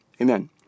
Amen